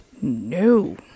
No